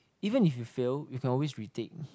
even if you fail you can always retake